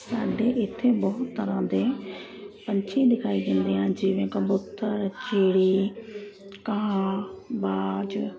ਸਾਡੇ ਇੱਥੇ ਬਹੁਤ ਤਰ੍ਹਾਂ ਦੇ ਪੰਛੀ ਦਿਖਾਈ ਦਿੰਦੇ ਹਨ ਜਿਵੇਂ ਕਬੂਤਰ ਚਿੜੀ ਕਾਂ ਬਾਜ